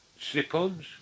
Slip-ons